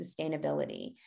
sustainability